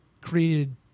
created